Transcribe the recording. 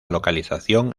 localización